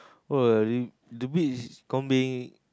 what you the beachcombing